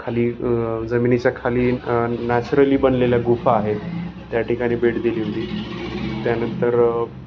खाली जमिनीचा खाली नॅचरली बनलेल्या गुफा आहे त्यठिकाणी भेट दिली होती त्यानंतर